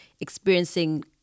experiencing